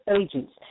agents